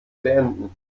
beenden